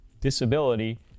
disability